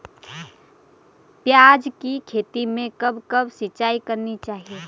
प्याज़ की खेती में कब कब सिंचाई करनी चाहिये?